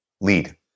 lead